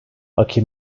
aki